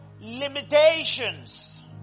limitations